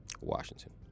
Washington